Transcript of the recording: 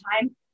time